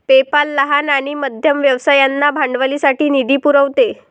PayPal लहान आणि मध्यम व्यवसायांना भांडवलासाठी निधी पुरवते